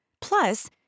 Plus